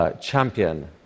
Champion